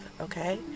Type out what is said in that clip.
okay